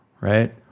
right